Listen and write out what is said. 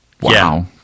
Wow